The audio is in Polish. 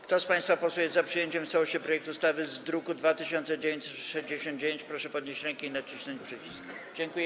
Kto z państwa posłów jest za przyjęciem w całości projektu ustawy z druku nr 2969, proszę podnieść rękę i nacisnąć przycisk.